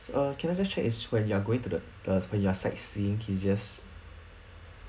err can I just check is when you are going to the when you are sightseeing he just